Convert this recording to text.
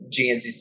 gncc